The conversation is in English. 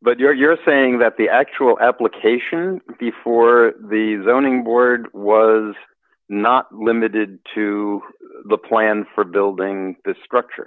but you're saying that the actual application fee for the zoning board was not limited to the plan for building the structure